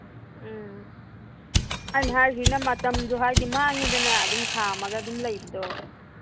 ꯎꯝ ꯑꯩꯅ ꯍꯥꯏꯔꯤꯁꯤꯅ ꯃꯇꯝꯁꯨ ꯍꯥꯏꯗꯤ ꯃꯥꯡꯉꯤꯗꯅ ꯑꯗꯨꯝ ꯈꯥꯝꯃꯒ ꯑꯗꯨꯝ ꯂꯩꯕꯗꯣ